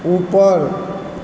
ऊपर